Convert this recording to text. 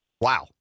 Wow